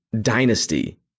dynasty